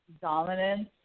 dominance